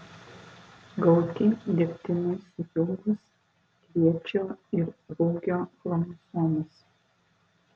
gauti dirbtinai sujungus kviečio ir rugio chromosomas